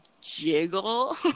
jiggle